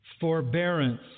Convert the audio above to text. forbearance